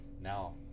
now